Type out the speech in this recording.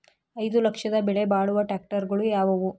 ಐದು ಲಕ್ಷದ ಬೆಲೆ ಬಾಳುವ ಟ್ರ್ಯಾಕ್ಟರಗಳು ಯಾವವು?